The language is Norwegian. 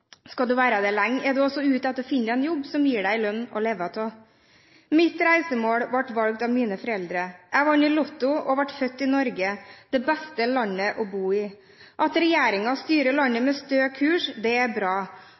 Skal du være der lenge, er du også ute etter å finne deg en jobb som gir deg en lønn å leve av. Mitt reisemål ble valgt av mine foreldre. Jeg vant i lotto og ble født i Norge, det beste landet å bo i. At regjeringen styrer landet med stø kurs, er bra.